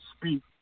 speak